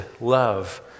love